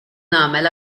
nagħmel